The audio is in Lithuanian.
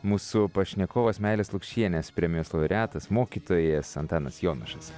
mūsų pašnekovas meilės lukšienės premijos laureatas mokytojas antanas jonušas